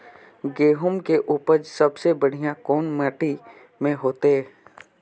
गेहूम के उपज सबसे बढ़िया कौन माटी में होते?